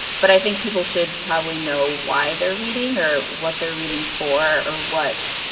but i think people should probably know why they're reading or what they're reading for or what.